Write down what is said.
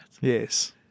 Yes